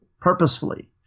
purposefully